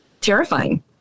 terrifying